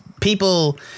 people